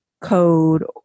code